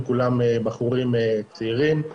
כולם בחורים צעירים.